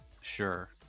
Sure